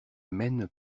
mène